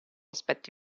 aspetto